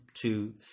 two